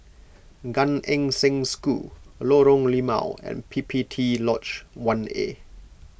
Gan Eng Seng School Lorong Limau and P P T Lodge one A